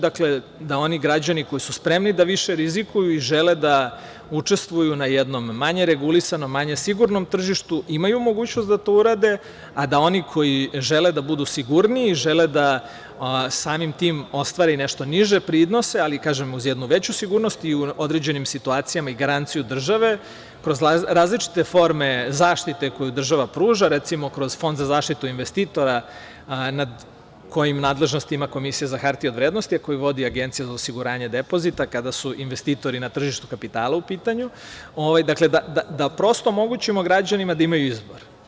Dakle, da oni građani koji su spremni da više rizikuju i žele da učestvuju na jednom manje regulisanom, manje sigurnom tržištu imaju mogućnost da to urade, a da oni koji žele da budu sigurniji i žele da samim tim ostvare nešto niže prinose, ali, kažem, uz jednu veću sigurnost i u određenim situacijama i garanciju države kroz različite forme zaštite koju država pruža, recimo, kroz Fond za zaštitu investitora koje ima Komisija za hartije od vrednosti, a koju vodi Agencija za osiguranje depozita kada su investitori na tržištu kapitala u pitanju, da prosto omogućimo građanima da imaju izbor.